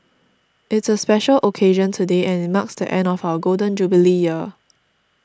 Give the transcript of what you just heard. it's a special occasion today and it marks the end of our Golden Jubilee year